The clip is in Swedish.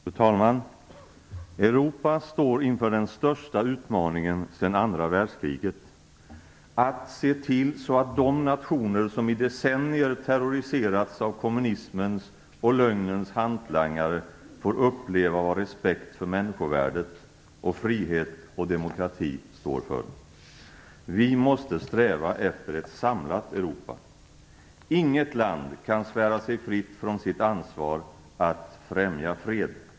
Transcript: Fru talman! Europa står inför den största utmaningen sedan andra världskriget, att se till att de nationer som i decennier terroriserats av kommunismens och lögnens hantlangare får uppleva vad respekt för människovärdet, frihet och demokrati står för. Vi måste sträva efter ett samlat Europa. Inget land kan svära sig fritt från sitt ansvar att främja freden.